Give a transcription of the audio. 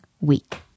week